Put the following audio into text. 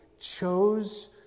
chose